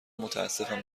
متاسفم